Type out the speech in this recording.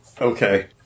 Okay